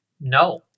no